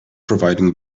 providing